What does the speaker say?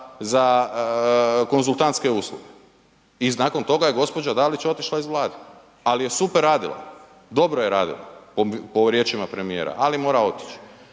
za konzultantske usluge i nakon toga je gospođa Dalić otišla iz Vlade ali je super radila, dobro je radila po riječima premijera ali mora otići.